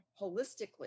holistically